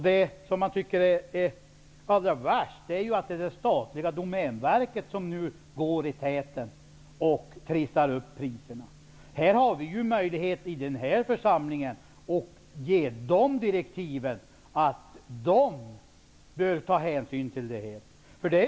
Det allra värsta är att statliga Domänverket nu går i täten och trissar upp priserna. I den här församlingen har vi möjlighet att ge andra direktiv till verket.